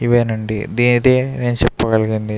ఇవేనండి దే ఇదే నేను చెప్పగలిగింది